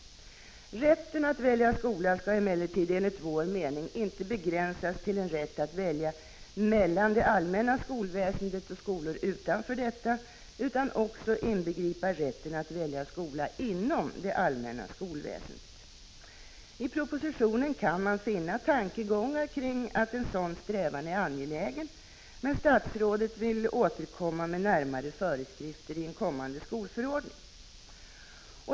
Rätten att välja skola skall emellertid enligt vår mening inte begränsas till en rätt att välja mellan det allmänna skolväsendet och skolor utanför detta utan också inbegripa rätten att välja skola inom det allmänna skolväsendet. I propositionen kan man finna tankegångar som går ut på att en sådan strävan är angelägen, men statsrådet vill återkomma med närmare föreskrif ter i en kommande skolförordning.